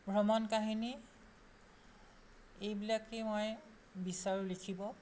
ভ্ৰমণ কাহিনী এইবিলাকেই মই বিচাৰোঁ লিখিব